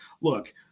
Look